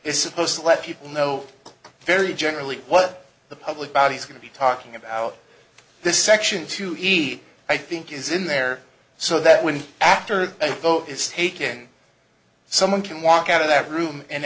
is supposed to let people know very generally what the public body is going to be talking about this section to eat i think is in there so that when after the vote is taking someone can walk out of that room and